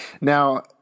Now